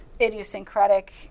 idiosyncratic